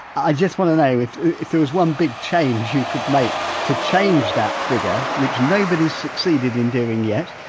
i just want to know if if there was one big change you could make to change that figure, which nobody's succeeded in doing yet,